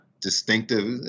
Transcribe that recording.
distinctive